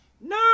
No